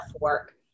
work